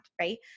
right